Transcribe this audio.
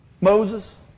Moses